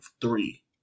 three